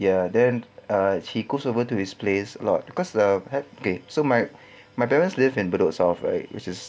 ya then ah he goes over to his place a lot cause uh K so my my parents live in bedok south right which is